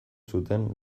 zuten